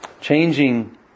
changing